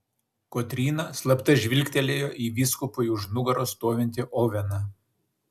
kotryna slapta žvilgtelėjo į vyskupui už nugaros stovintį oveną